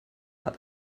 hat